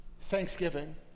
Thanksgiving